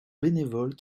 bénévoles